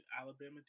Alabama